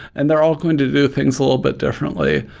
and they're all going to do things a little bit differently.